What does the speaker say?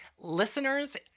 Listeners